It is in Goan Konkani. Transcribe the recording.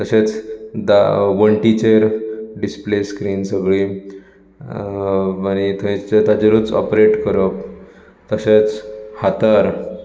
तशेच दा वंटिचेर डिसप्ले स्क्रीन सगळी मागीर थंयसर ताचेरूच ऑपरेट करप तशेंच हातार